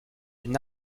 d’une